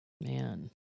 Man